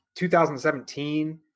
2017